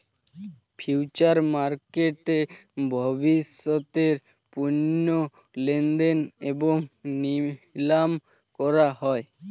future মার্কেটে ভবিষ্যতের পণ্য লেনদেন এবং নিলাম করা হয়